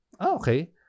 Okay